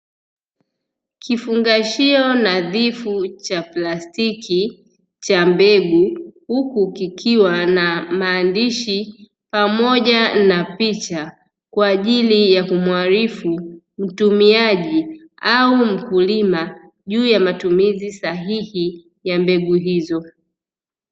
Kifungashio nadhifu cha plastiki cha mbegu, huku kikiwa na maandishi pamoja na picha, kwa ajili ya kumuarifu mtumiaji au mkulima juu ya matumizii sahihi ya mbegu hizo.